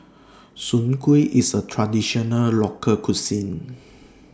Soon Kway IS A Traditional Local Cuisine